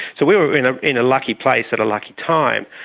so we were in ah in a lucky place at a lucky time.